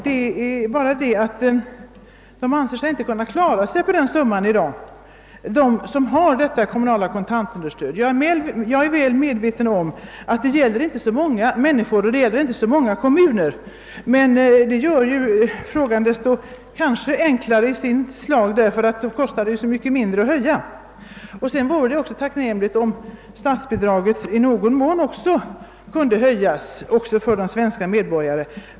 Det är bara det, att de personer som får detta kommunala kontantunderstöd inte anser sig kunna klara sig på den summan i dagens läge. Jag är väl medveten om att det inte gäller särskilt många människor och inte heller så värst många kommuner, men detta gör kanske frågan enklare därför att det då kostar desto mindre att höja bidragen. : Sedan vore det även tacknämligt, om statsbidraget i någon mån kunde höjas också för de svenska medborgarna.